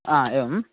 आ एवम्